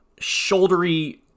shouldery